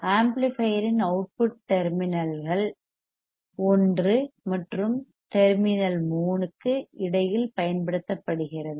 ஆம்ப்ளிபையர்யின் output முனையங்கள் டெர்மினல்கள் 1 மற்றும் முனையம் டெர்மினல் 3 க்கு இடையில் பயன்படுத்தப்படுகிறது